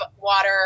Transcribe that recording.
water